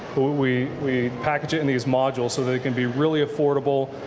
we we package it in these modules so it can be really affordable.